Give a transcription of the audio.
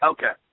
Okay